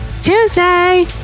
Tuesday